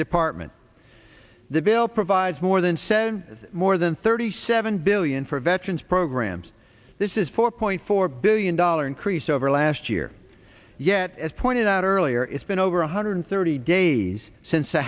department the bill provides more than sen more than thirty seven billion for veterans programs this is four point four billion dollar increase over last year yet as pointed out earlier it's been over one hundred thirty days since the